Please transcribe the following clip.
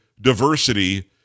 diversity